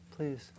Please